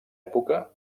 època